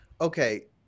Okay